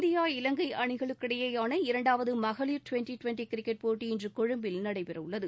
India Ilangai அணிகளுக்கிடையேயான இரண்டாவது மகளிர் டிவெண்டி டிவெண்டி கிரிக்கெட் போட்டி இன்று கொழும்பில் நடைபெறவுள்ளது